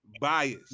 Bias